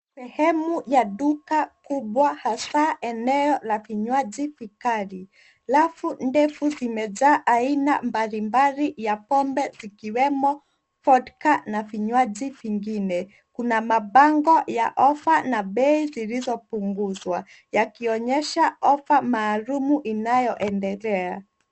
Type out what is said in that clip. Sehemu ya duka kubwa hasa eneo la vinywaji vikali. Rafu ndefu zimejaa aina mbalimbali ya pombe zikiwemo Vodka na vinywaji vingine. Kuna mabango ya ofa na bei zilizopunguzwa yakionyesha ofa maalumu inayoendelea.